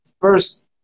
first